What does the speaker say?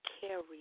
carry